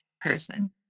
person